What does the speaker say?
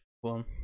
One